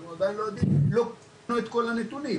אנחנו עדיין לא יודעים כי לא קיבלנו את כל הנתונים.